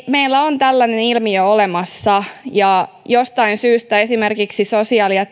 meillä on tällainen ilmiö olemassa ja jostain syystä esimerkiksi sosiaali ja